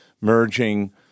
merging